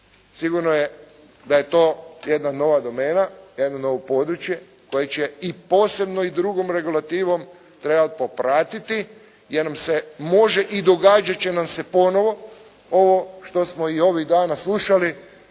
Sigurno je da je to jedna nova domena, jedno novo područje koje će i posebno i drugom regulativom trebati popratiti jer nam se može i događati će nam se ponovo ovo što smo i ovih dana slušali